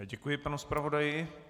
Děkuji panu zpravodaji.